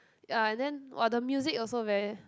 ya and then !wah! the music also very